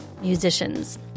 musicians